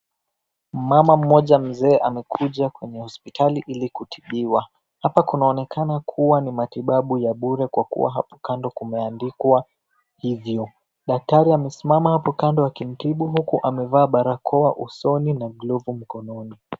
Mama mmoja mzee amekuja kwenye hospitali ili kutibiwa hapa kunaonekana kuwa ni matibabu ya bure kwa kuwa hapo kando kumeandikwa hivyo daktari amesimama hapo kando akimtibu huku amevaa barakoa usoni na glovu mkononi.